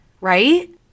right